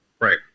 Right